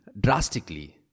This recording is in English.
drastically